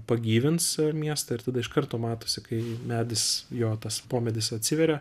pagyvins miestą ir tada iš karto matosi kai medis jo tas pomedis atsiveria